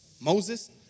Moses